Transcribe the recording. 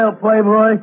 playboy